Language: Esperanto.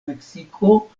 meksiko